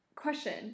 question